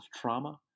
trauma